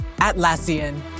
Atlassian